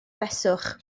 beswch